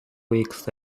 weeks